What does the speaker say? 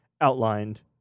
outlined